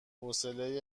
حوصله